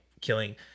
killing